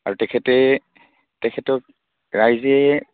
আৰু তেখেতে তেখেতক ৰাইজে